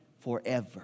forever